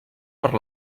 per